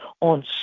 on